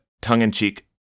tongue-in-cheek